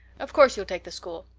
of course you'll take the school.